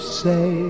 say